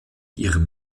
ihrem